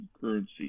currency